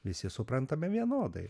visi suprantame vienodai